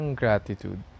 gratitude